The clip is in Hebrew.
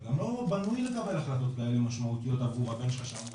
שגם לא בנוי לקבל כאלו החלטות משמעותיות עבור הבן שלך.